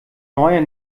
neue